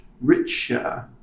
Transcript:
richer